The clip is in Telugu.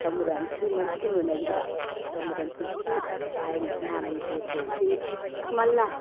సమురానికి మంచి నునే అది కూడా చమురు అంటించి ఆయన స్నానం చేసేసి మళ్ళ